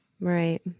Right